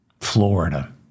florida